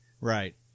Right